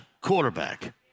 quarterback